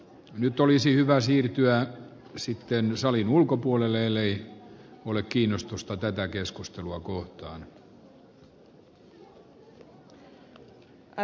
nyt olisi hyvä siirtyä sitten salin ulkopuolelle ellei ole kiinnostusta tätä arvoisa puhemies